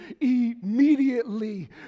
immediately